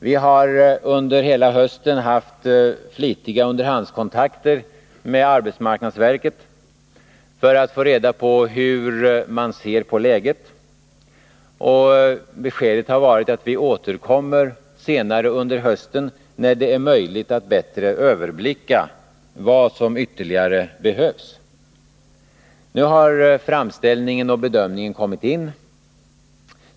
Vi har under hela hösten haft flitiga underhandskontakter med arbetsmarknadsverket för att få reda på hur man ser på läget. Beskedet har varit: Vi återkommer senare under hösten, när det är möjligt att bättre överblicka vad som behövs ytterligare. Nu har framställningen och bedömningen kommit in.